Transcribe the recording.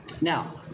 Now